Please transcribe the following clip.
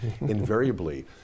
invariably